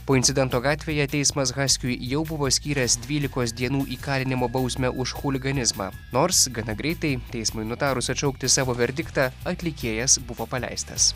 po incidento gatvėje teismas haskiui jau buvo skyręs dvylikos dienų įkalinimo bausmę už chuliganizmą nors gana greitai teismui nutarus atšaukti savo verdiktą atlikėjas buvo paleistas